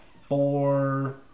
four